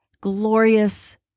glorious